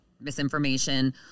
misinformation